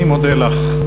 אני מודה לך.